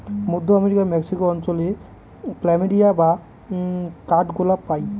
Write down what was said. মধ্য আমেরিকার মেক্সিকো অঞ্চলে প্ল্যামেরিয়া বা কাঠগোলাপ পাই